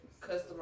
customer